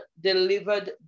delivered